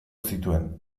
zituen